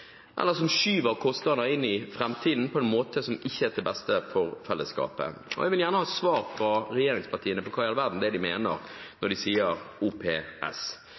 eller der man skyver kostnader inn i framtiden på en måte som ikke er til det beste for fellesskapet. Jeg vil gjerne ha svar fra regjeringspartiene på spørsmålet om hva i all verden det er de mener når de sier